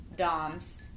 doms